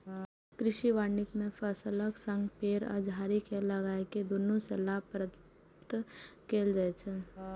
कृषि वानिकी मे फसलक संग पेड़ आ झाड़ी कें लगाके दुनू सं लाभ प्राप्त कैल जाइ छै